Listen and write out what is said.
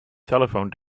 telephone